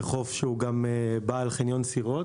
זה חוף שהוא גם בעל חניון סירות.